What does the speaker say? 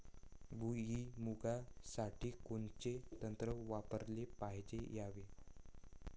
भुइमुगा साठी कोनचं तंत्र वापराले पायजे यावे?